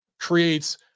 Creates